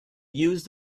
used